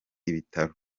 ibitaro